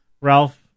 Ralph